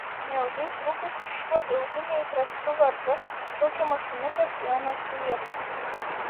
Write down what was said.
neilgai trukus šiuo ilgu neįprastu vardu šaukiamas šuniukas ėmė atsiliepti